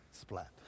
splat